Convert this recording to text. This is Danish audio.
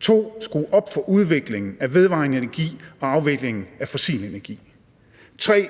2) skrue op for udviklingen af vedvarende energi og afviklingen af fossil energi, 3)